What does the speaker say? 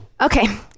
Okay